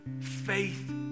Faith